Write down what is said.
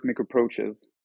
approaches